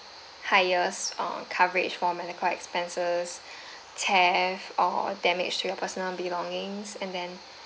highest uh coverage for medical expenses theft or damage to your personal belongings and then